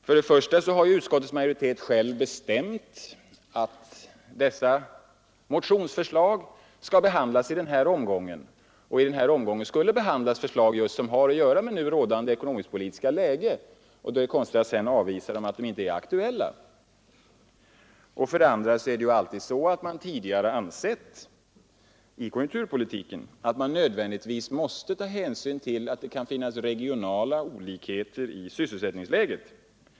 För det första har ju utskottets majoritet själv bestämt att dessa motionsförslag skall behandlas i den här omgången samt att i den omgången skall behandlas just förslag som har att göra med nu rådande ekonomisk-politiska läge. Då är det konstigt att avvisa förslagen med att de inte är ”aktuella”. För det andra har man alltid tidigare i konjunkturpolitiken ansett att man nödvändigtvis måste ta hänsyn till att det kan finnas regionala olikheter i sysselsättningsläget.